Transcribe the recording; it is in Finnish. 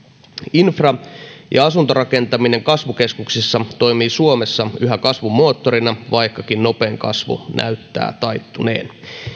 infra ja asuntorakentaminen kasvukeskuksissa toimii suomessa yhä kasvun moottorina vaikkakin nopein kasvu näyttää taittuneen